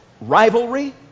rivalry